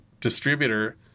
distributor